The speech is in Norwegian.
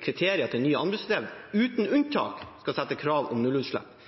kriterier for nye anbudsbrev uten unntak skal sette krav om nullutslipp.